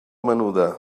menuda